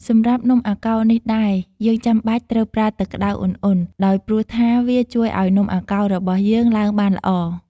សម្រាប់នំអាកោរនេះដែរ យើងចំបាច់ត្រូវប្រើទឹកក្ដៅឧណ្ហៗ ដោយព្រោះថា វាជួយឲ្យនំអាកោររបស់យើងឡើងបានល្អ។